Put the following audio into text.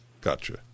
Gotcha